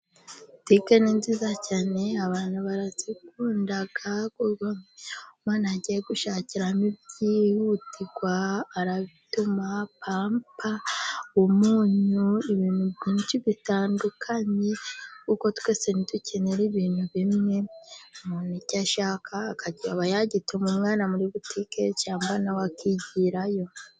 Butike ni nziza cyane, abantu barazikunda, ubwo umuntu agiye gushakiramo ibyihutirwa, aragituma, pampa, umunyu, ibintu byinshi bitandukanye, kuko twese ntidukenera ibintu bimwe, buri muntu icyo ashaka, akaba yagituma umwana muri butike, cyangwa nawe akigirayo.